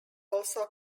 also